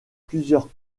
plusieurs